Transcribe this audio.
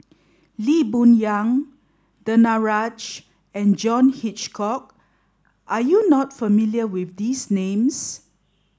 Lee Boon Yang Danaraj and John Hitchcock are you not familiar with these names